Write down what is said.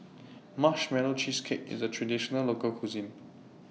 Marshmallow Cheesecake IS A Traditional Local Cuisine